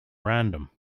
random